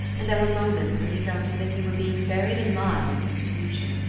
and there were moments when he felt as if he were being buried alive under his future.